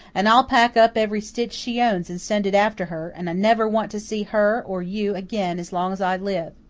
and i'll pack up every stitch she owns and send it after her and i never want to see her or you again as long as i live.